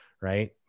right